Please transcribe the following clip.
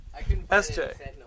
SJ